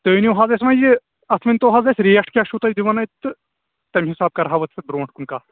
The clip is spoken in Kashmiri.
تُہۍ ؤنِو حظ اسہِ وۅنۍ یہِ اَتھ ؤنۍتَو حظ ریٹ کیٛاہ چھِ تُہۍ دِوان اتہِ تہٕ تَمہِ حسابہٕ کرہاو أسۍ یہِ برٛونٛٹھ کُن کتھ